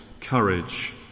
courage